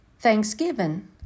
Thanksgiving